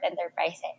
enterprises